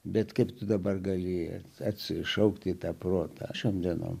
bet kaip tu dabar gali atsišaukti į tą protą šiom dienom